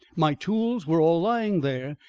my tools were all lying there,